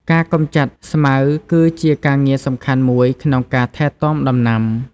ការកម្ចាត់ស្មៅគឺជាការងារសំខាន់មួយក្នុងការថែទាំដំណាំ។